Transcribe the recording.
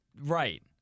Right